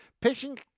Pitching